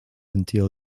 until